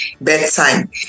bedtime